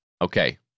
Okay